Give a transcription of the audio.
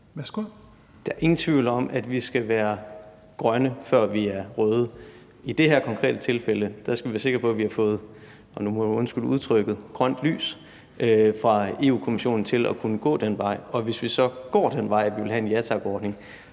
Kollerup): Der er ingen tvivl om, at vi skal være grønne, før vi er røde. I det her konkrete tilfælde skal vi være sikre på, at vi har fået – og nu må man undskylde mig udtrykket – grønt lys fra Europa-Kommissionen til at kunne gå den vej. Hvis vi så går den vej, at vi vil have en ja tak-ordning,